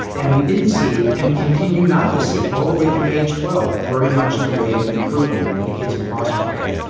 and we didn't see and we continue not to see all the way through age twelve very much in the way of an improvement in the kids in foster care.